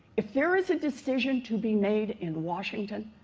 if there is a decision to be made in washington,